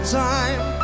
time